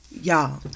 Y'all